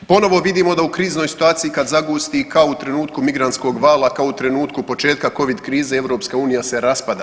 Ponovo vidimo da u kriznoj situaciji kad zagusti kao u trenutku migrantskog vala, kao u trenutku početka Covid krize EU se raspada.